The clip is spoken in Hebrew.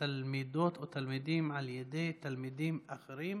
תלמידות ותלמידים על ידי תלמידים אחרים